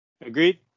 Agreed